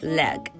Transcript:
leg